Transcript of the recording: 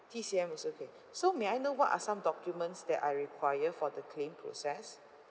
T_C_M is okay so may I know what are some documents that I require for the claim process